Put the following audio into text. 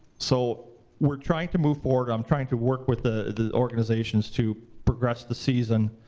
so we're trying to move forward. i'm trying to work with the the organizations to progress the season,